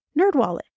NerdWallet